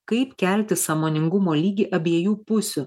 kaip kelti sąmoningumo lygį abiejų pusių